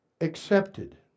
accepted